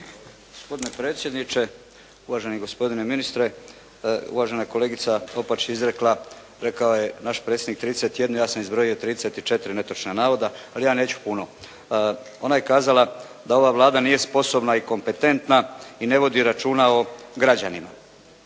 Gospodine predsjedniče, uvaženi gospodine ministre, uvažena kolegica Opačić je izrekla, rekao je naš predsjednik 31, ja sam ih zbrojio 34 netočna navoda, ali ja neću puno. Ona je kazala da ova Vlada nije sposobna i kompetentna i ne vodi računa o građanima.